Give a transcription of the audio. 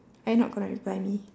are you not gonna reply me